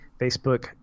Facebook